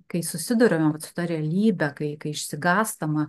kai susiduriame vat su ta realybe kai kai išsigąstama